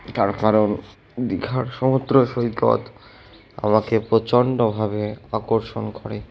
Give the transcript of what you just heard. তার কারণ দিঘার সমুদ্র সৈকত আমাকে প্রচণ্ডভাবে আকর্ষণ করে